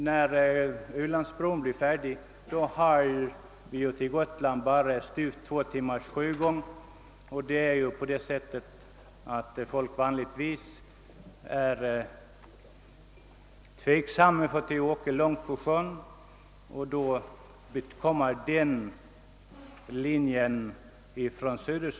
När Ölandsbron blir färdig kommer överfarten med båt till Gotland att bli endast drygt två timmar lång. Folk brukar ju vanligtvis tveka inför långa sjöresor. Den kortaste sjölinjen blir Öland—Klintehamn.